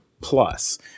plus